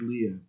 Leah